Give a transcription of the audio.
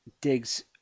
digs